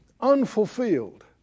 unfulfilled